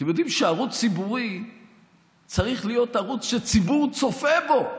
אתם יודעים שערוץ ציבורי צריך להיות ערוץ שהציבור צופה בו,